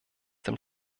dem